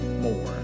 more